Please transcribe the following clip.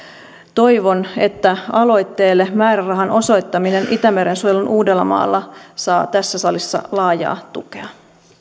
toivon aloitteelle määrärahan osoittamisesta itämeren suojeluun uudellamaalla tässä salissa laajaa tukea